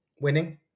winning